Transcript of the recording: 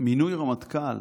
מינוי רמטכ"ל